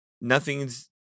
nothing's